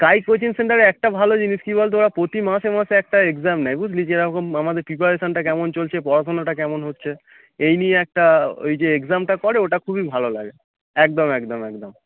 sky coaching সেন্টারে একটা ভালো জিনিস কি বলতো ওরা প্রতি মাসে মাসে একটা এক্সাম নেয় বুঝলি যেরকম আমাদের প্রিপারেশনটা কেমন চলছে পড়াশুনাটা কেমন হচ্ছে এই নিয়ে একটা ওই যে এক্সামটা করে ওটা খুবই ভালো লাগে একদম একদম একদম